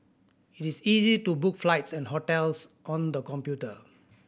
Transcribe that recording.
it is easy to book flights and hotels on the computer